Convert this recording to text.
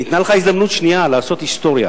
ניתנה לך הזדמנות שנייה לעשות היסטוריה